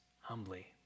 humbly